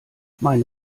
meine